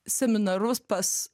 seminarus pas